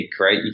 right